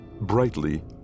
Brightly